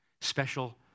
Special